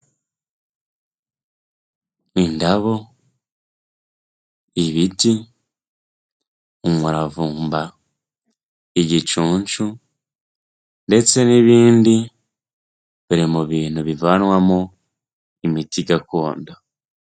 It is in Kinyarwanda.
Indabo, ibiti, umuravumba, igicunshu ndetse n'ibindi, biri mu bintu bivanwamo imiti gakondo.